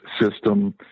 system